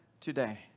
today